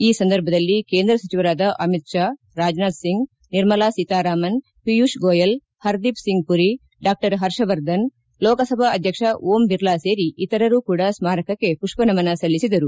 ಈ ಸಂದರ್ಭದಲ್ಲಿ ಕೇಂದ್ರ ಸಚಿವರಾದ ಅಮಿತ್ ಶಾ ರಾಜನಾಥ್ ಸಿಂಗ್ ನಿರ್ಮಲಾ ಸೀತಾರಾಮನ್ ಪಿಯೂಷ್ ಗೋಯಲ್ ಹರ್ದೀಪ್ ಸಿಂಗ್ ಮರಿ ಡಾ ಹರ್ಷವರ್ಧನ್ ಲೋಕಸಭಾ ಅಧ್ಯಕ್ಷ ಓಂ ಬಿರ್ಲಾ ಸೇರಿ ಇತರರು ಕೂಡ ಸ್ಕಾರಕಕ್ಕೆ ಮಪ್ಪ ನಮನ ಸಲ್ಲಿಸಿದರು